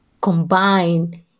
Combine